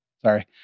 sorry